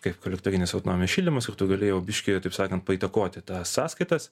kaip kolektorinis autonominis šildymas ir tu gali jau biškį taip sakant paįtakoti tą sąskaitas